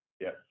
Yes